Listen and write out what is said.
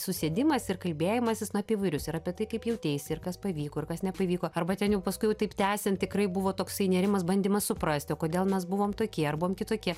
susėdimas ir kalbėjimasis na apie įvairius ir apie tai kaip jauteisi ir kas pavyko ir kas nepavyko arba ten jau paskui jau taip tęsiant tikrai buvo toksai nėrimas bandymas suprasti o kodėl mes buvom tokie ar buvom kitokie